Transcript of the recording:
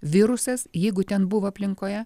virusas jeigu ten buvo aplinkoje